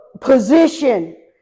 position